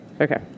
Okay